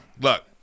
look